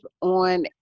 on